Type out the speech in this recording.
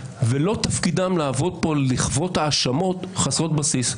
ולא תפקידם לעבוד פה ולחוות האשמות חסרות בסיס.